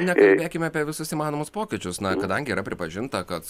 na kalbėkime apie visus įmanomus pokyčius na kadangi yra pripažinta kad